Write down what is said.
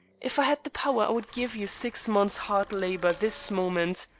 if i had the power i would give you six months' hard labor this moment.